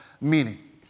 meaning